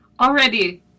Already